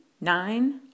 nine